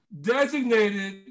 designated